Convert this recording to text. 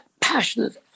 passionate